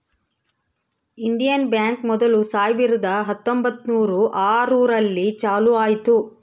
Indian bank ಮೊದ್ಲು ಸಾವಿರದ ಹತ್ತೊಂಬತ್ತುನೂರು ಆರು ರಲ್ಲಿ ಚಾಲೂ ಆಯ್ತು